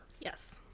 Yes